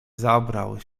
zabrał